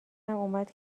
اومد